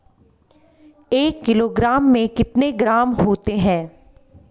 एक किलोग्राम में कितने ग्राम होते हैं?